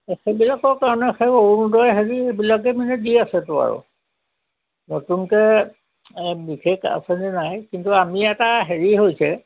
সেইবিলাকৰ কাৰণে সেই অৰুণোদয় হেৰিবিলাকেই মানে দি আছেতো আৰু নতুনকৈ বিশেষ এই আঁচনি নাই কিন্তু আমি এটা হেৰি হৈছে